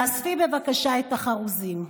תאספי בבקשה את החרוזים.